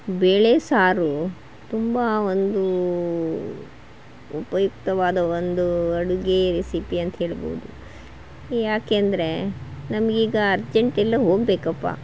ಬೇಳೆಸಾರು ತುಂಬ ಒಂದು ಉಪಯುಕ್ತವಾದ ಒಂದು ಅಡುಗೆ ರೆಸಿಪಿ ಅಂಥೇಳ್ಬೋದು ಏಕೆಂದ್ರೆ ನಮಗೀಗ ಅರ್ಜೆಂಟ್ ಎಲ್ಲೋ ಹೋಗಬೇಕಪ್ಪ